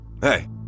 hey